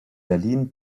berlin